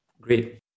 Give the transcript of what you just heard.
Great